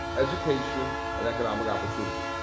education, and economic opportunity.